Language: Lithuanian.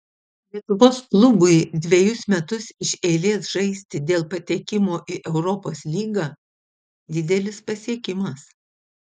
lietuvos klubui dvejus metus iš eilės žaisti dėl patekimo į europos lygą didelis pasiekimas